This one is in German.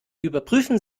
überprüfen